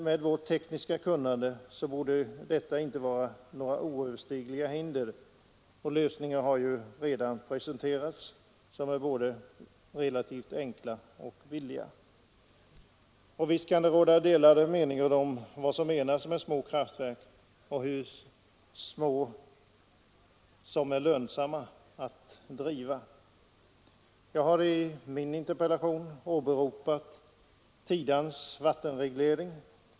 Med vårt tekniska kunnande borde detta inte vara några oöverstigliga hinder. Lösningar har ju redan presenterats som är både relativt enkla och billiga. Visst kan det råda delade meningar om vad som menas med små kraftverk och hur små det är lönsamt att driva. Jag har i min interpellation åberopat Tidans vattenreglering.